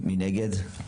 מי נגד?